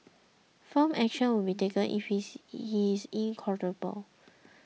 firm action will be taken if he is incorrigible